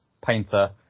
painter